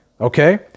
Okay